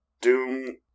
Doom